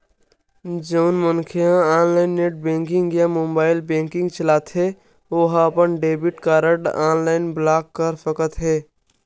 जउन मनखे ह ऑनलाईन नेट बेंकिंग या मोबाईल बेंकिंग चलाथे ओ ह अपन डेबिट कारड ऑनलाईन ब्लॉक कर सकत हे